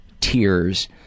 tears